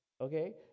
okay